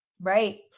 Right